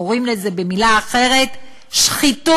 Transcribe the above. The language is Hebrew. קוראים לזה במילה אחרת "שחיתות".